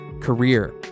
career